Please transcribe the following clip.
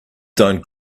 don‘t